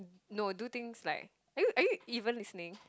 no do things like are you are you even listening